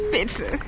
Bitte